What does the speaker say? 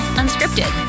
unscripted